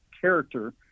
character